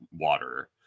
water